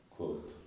Quote